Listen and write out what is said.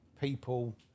people